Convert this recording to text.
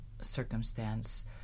circumstance